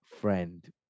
friend